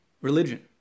religion